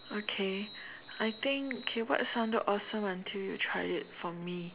okay I think K what sounded awesome until you tried it for me